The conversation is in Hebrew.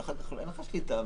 אין לך שליטה.